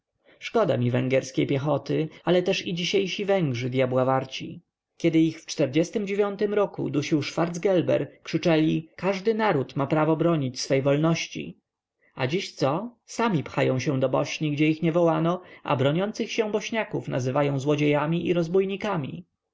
szkoda mi węgierskiej piechoty ale też i dzisiejsi węgrzy dyabła warci kiedy ich w tym roku dusił szwarcgelber krzyczeli każdy naród ma prawo bronić swojej wolności a dziś co sami pchają się do bośni gdzie ich nie wołano a broniących się bośniaków nazywają złodziejami i